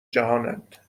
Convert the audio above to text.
جهانند